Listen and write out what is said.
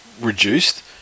reduced